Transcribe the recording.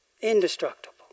indestructible